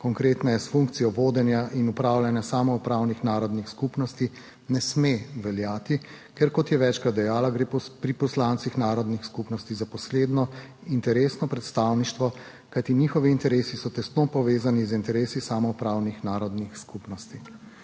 konkretneje s funkcijo vodenja in upravljanja samoupravnih narodnih skupnosti, ne sme veljati, ker, kot je večkrat dejala, gre pri poslancih narodnih skupnosti za posredno interesno predstavništvo, kajti njihovi interesi so tesno povezani z interesi samoupravnih narodnih skupnosti.